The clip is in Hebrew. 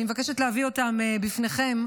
אני מבקשת להביא אותם בפניכם,